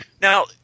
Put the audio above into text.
Now